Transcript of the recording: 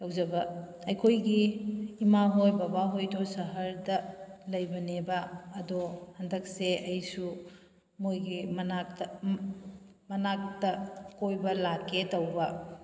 ꯇꯧꯖꯥꯕ ꯑꯩꯈꯣꯏꯒꯤ ꯏꯃꯥꯍꯣꯏ ꯕꯥꯕꯍꯣꯏꯗꯣ ꯁꯍꯔꯗ ꯂꯩꯕꯅꯦꯕ ꯑꯗꯣ ꯍꯟꯗꯥꯛꯁꯦ ꯑꯩꯁꯨ ꯃꯣꯏꯒꯤ ꯃꯅꯥꯛꯇ ꯃꯅꯥꯛꯇ ꯀꯣꯏꯕ ꯂꯥꯛꯀꯦ ꯇꯧꯕ